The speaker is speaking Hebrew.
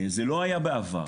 זה לא היה בעבר.